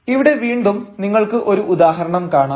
ഇവിടെ വീണ്ടും നിങ്ങൾക്ക് ഒരു ഉദാഹരണം കാണാം